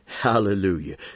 Hallelujah